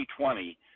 2020